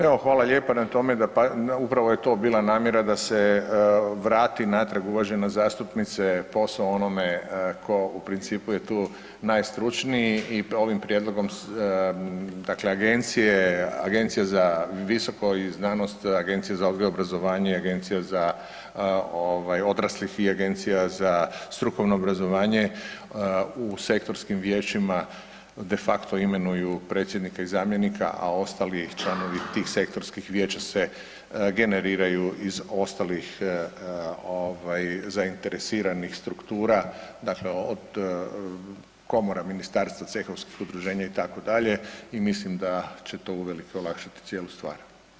Evo hvala lijepa na tome, upravo je to bila namjera da se vrati natrag, uvažena zastupnice, posao onome tko u principu je tu najstručniji i ovim prijedlogom dakle Agencija visoko i znanosti, Agencija za odgoj i obrazovanje, Agencija za odraslih i Agencija za strukovno obrazovanje u sektorskim vijećima de facto imenuju predsjednike i zamjenika a ostali članovi tih sektorskih vijeća se generiraju iz ostalih zainteresiranih struktura, dakle od komora ministarstva, cehovskih udruženja itd. i mislim da će to uvelike olakšati cijelu stvar.